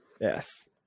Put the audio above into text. Yes